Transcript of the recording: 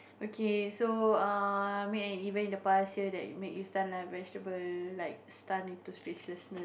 okay so err make an event in the past year that make you stand like vegetable like stand into speechlessness